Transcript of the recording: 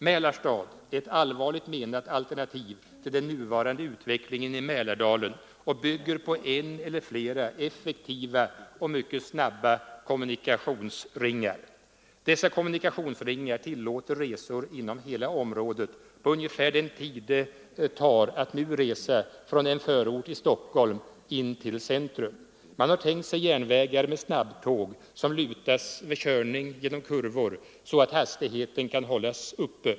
Mälarstad är ett allvarligt menat alternativ till den nuvarande utvecklingen i Mälardalen och bygger på en eller flera effektiva och mycket snabba kommunikationsringar. Dessa kommunikationsringar tillåter resor inom hela området på ungefär den tid det nu tar att resa från en förort i Stockholm in till centrum. Man har tänkt sig järnvägar med snabbtåg, som lutas vid körning genom kurvor så att hastigheten kan hållas uppe.